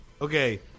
Okay